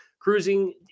Cruising